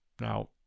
Now